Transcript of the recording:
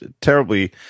terribly